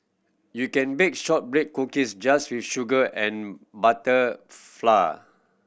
you can bake shortbread cookies just with sugar and butter flour